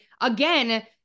again